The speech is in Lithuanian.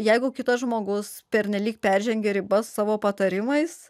jeigu kitas žmogus pernelyg peržengia ribas savo patarimais